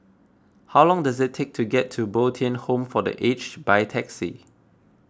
how long does it take to get to Bo Tien Home for the Aged by taxi